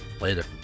Later